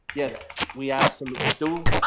yes, we absolutely do.